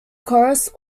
chorus